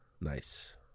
Nice